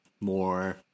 more